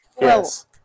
Yes